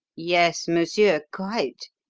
yes, monsieur, quite.